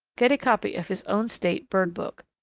get a copy of his own state bird book.